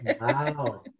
Wow